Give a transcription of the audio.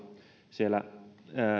siellä